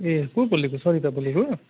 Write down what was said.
ए को बोलेको सरिता बोलेको